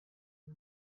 you